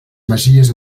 masies